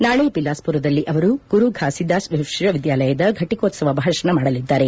ನಾಳೆ ಬಿಲಾಸ್ಪುರದಲ್ಲಿ ಅವರು ಗುರು ಫಾಸಿದಾಸ್ ವಿಶ್ವವಿದ್ದಾಲಯದ ಫಟಕೋತ್ಸ ಭಾಷಣ ಮಾಡಲಿದ್ದಾರೆ